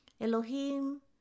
Elohim